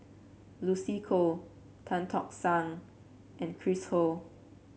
Lucy Koh Tan Tock San and Chris Ho